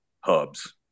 hubs